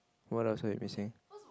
what else are we missing